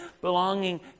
belonging